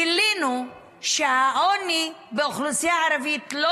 גילינו שהעוני באוכלוסייה הערבית לא